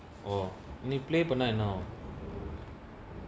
oh you play tonight now ah